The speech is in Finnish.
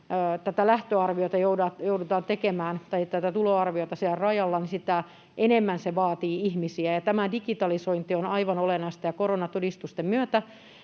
tätä tuloarviota joudutaan tekemään siellä rajalla, niin sitä enemmän se vaatii ihmisiä. Tässä digitalisointi on aivan olennaista, ja koronatodistusten myötä